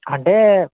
అంటే